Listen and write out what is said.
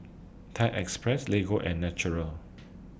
Thai Express Lego and Naturel